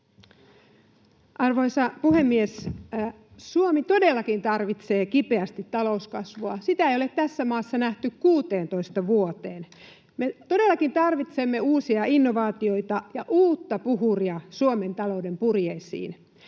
Arvoisa puhemies! Suomi todellakin tarvitsee kipeästi talouskasvua. Sitä ei ole tässä maassa nähty 16 vuoteen. Me todellakin tarvitsemme uusia innovaatioita ja uutta puhuria Suomen talouden purjeisiin,